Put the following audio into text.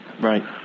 Right